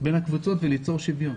בין הקבוצות וליצור שוויון.